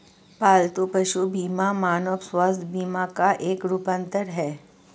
पालतू पशु बीमा मानव स्वास्थ्य बीमा का एक रूपांतर है